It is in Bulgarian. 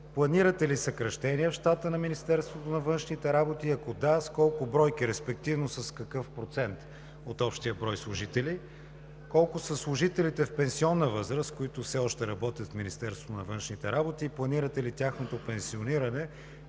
планирате ли съкращения в щата на Министерството на външните работи и ако да, с колко бройки, респективно с какъв процент от общия брой служители? Колко са служителите в пенсионна възраст, които все още работят в Министерството на външните работи, и планирате ли тяхното пенсиониране